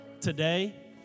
Today